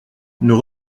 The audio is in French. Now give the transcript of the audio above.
nos